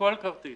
כל כרטיס.